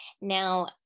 Now